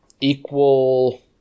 equal